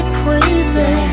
crazy